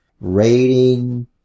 rating